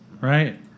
right